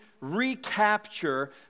recapture